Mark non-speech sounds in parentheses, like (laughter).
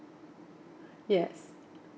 (breath) yes